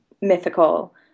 mythical